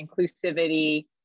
inclusivity